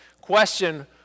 question